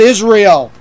Israel